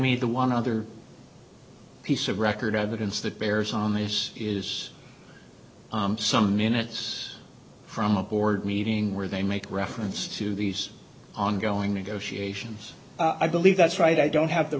me the one other piece of record evidence that bears on this is some minutes from a board meeting where they make reference to these ongoing negotiations i believe that's right i don't have the